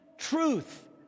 Truth